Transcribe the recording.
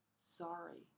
sorry